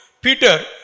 Peter